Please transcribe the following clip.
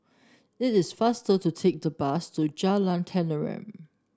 it is faster to take the bus to Jalan Tenteram